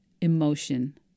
emotion